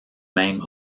même